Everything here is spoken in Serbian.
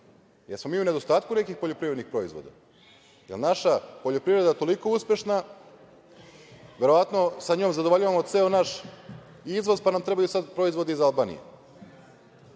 Jesmo li mi u nedostatku nekih poljoprivrednih proizvoda? Da li je naša poljoprivreda toliko uspešna, verovatno sa njom zadovoljavamo ceo naš izvoz pa nam trebaju sada proizvodi iz Albanije? Dakle,